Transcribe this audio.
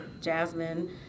Jasmine